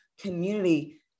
community